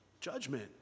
Judgment